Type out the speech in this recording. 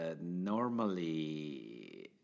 normally